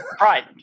Right